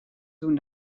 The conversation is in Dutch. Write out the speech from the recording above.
doen